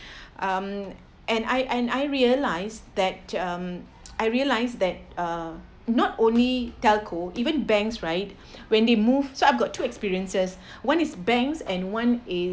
um and I and I realise that um I realized that uh not only telco even banks right when they move so I've got two experiences one is banks and one is